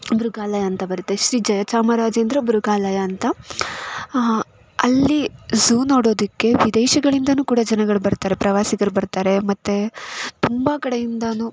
ಮೃಗಾಲಯ ಅಂತ ಬರುತ್ತೆ ಶ್ರೀ ಜಯಚಾಮರಾಜೇಂದ್ರ ಮೃಗಾಲಯ ಅಂತ ಅಲ್ಲಿ ಝೂ ನೋಡುವುದಕ್ಕೆ ವಿದೇಶಗಳಿಂದನೂ ಕೂಡ ಜನಗಳು ಬರ್ತಾರೆ ಪ್ರವಾಸಿಗರು ಬರ್ತಾರೆ ಮತ್ತೆ ತುಂಬ ಕಡೆಯಿಂದಲೂ